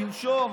לנשום,